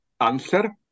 answer